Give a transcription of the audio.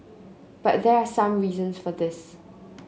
but there are some reasons for this